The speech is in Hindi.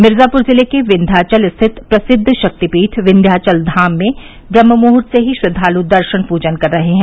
मिर्जापूर जिले के विन्ध्याचल स्थित प्रसिद्व शक्तिपीठ विन्याचलधाम में ब्रम्हमुहर्त से ही श्रद्वाल दर्शन पूजन कर रहे हैं